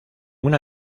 una